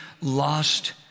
lost